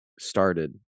started